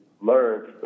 learn